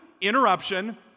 interruption